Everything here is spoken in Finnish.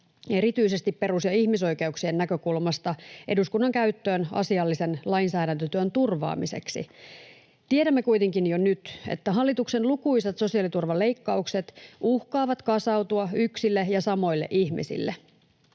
erityisesti perus- ja ihmisoikeuksien näkökulmasta eduskunnan käyttöön asiallisen lainsäädäntötyön turvaamiseksi. Tiedämme kuitenkin jo nyt, että hallituksen lukuisat sosiaaliturvaleikkaukset uhkaavat kasautua yksille ja samoille ihmisille,